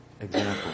example